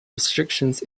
restrictions